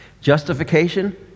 Justification